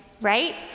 right